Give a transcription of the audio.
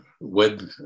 web